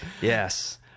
Yes